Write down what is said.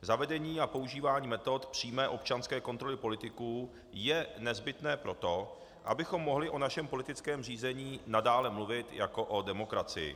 Zavedení a používání metod přímé občanské kontroly politiků je nezbytné pro to, abychom mohli o našem politickém zřízení nadále mluvit jako o demokracii.